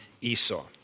Esau